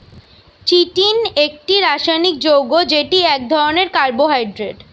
chitin একটি রাসায়নিক যৌগ্য যেটি এক ধরণের কার্বোহাইড্রেট